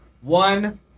One